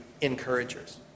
encouragers